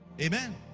Amen